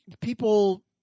people –